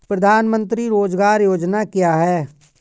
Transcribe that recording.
प्रधानमंत्री रोज़गार योजना क्या है?